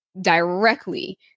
directly